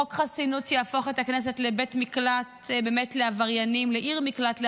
חוק חסינות שיהפוך את הכנסת לעיר מקלט לעבריינים.